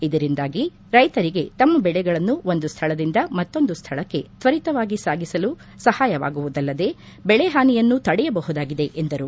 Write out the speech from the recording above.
ಇದರಿಂದಾಗಿ ರೈತರಿಗೆ ತಮ್ಮ ಬೆಳೆಗಳನ್ನು ಒಂದು ಸ್ಥಳದಿಂದ ಮತ್ತೊಂದು ಸ್ಥಳಕ್ಕೆ ತ್ವರಿತವಾಗಿ ಸಾಗಿಸಲು ಸಹಾಯವಾಗುವುದಲ್ಲದೆ ಬೆಳೆಹಾನಿಯನ್ನು ತಡೆಯಬಹುದಾಗಿದೆ ಎಂದರು